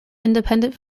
independent